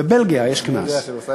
בבלגיה יש קנס.